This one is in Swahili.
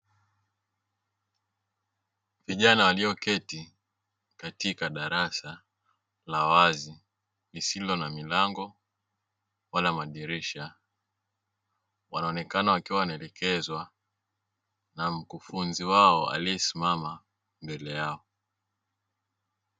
Vijana walioketi katika darasa la wazi lisilo na milango wala madirisha, wanaonekana wakiwa wanaelekezwa na mkufunzi wao na mkufunzi wao aliyesimama mbele yao.